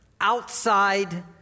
outside